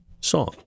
song